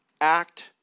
act